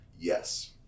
Yes